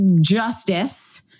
justice